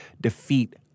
defeat